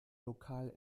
lokal